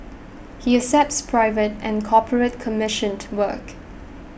he accepts private and corporate commissioned work